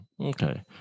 Okay